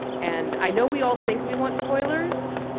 and i know we all think we want spoilers,